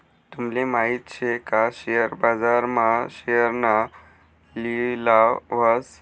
तूमले माहित शे का शेअर बाजार मा शेअरना लिलाव व्हस